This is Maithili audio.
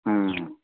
हँ